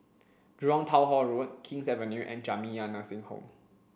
Jurong Town Hall Road King's Avenue and Jamiyah Nursing Home